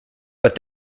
but